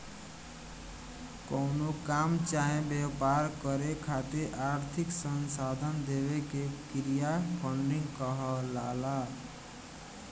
कवनो काम चाहे व्यापार करे खातिर आर्थिक संसाधन देवे के क्रिया फंडिंग कहलाला